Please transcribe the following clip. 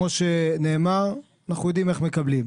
כמו שנאמר, אנחנו יודעים איך מקבלים.